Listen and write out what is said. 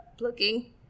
Looking